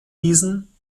diesen